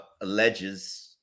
alleges